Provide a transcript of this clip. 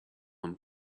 one